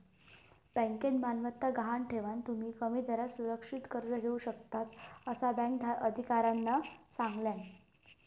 बँकेत मालमत्ता गहाण ठेवान, तुम्ही कमी दरात सुरक्षित कर्ज घेऊ शकतास, असा बँक अधिकाऱ्यानं सांगल्यान